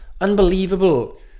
Unbelievable